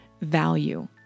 value